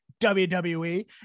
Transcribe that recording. WWE